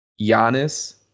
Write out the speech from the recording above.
Giannis